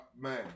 man